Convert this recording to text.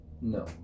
no